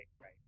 right